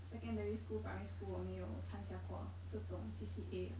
secondary school primary school 我没有参加过这种 C_C_A ah